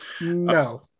No